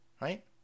Right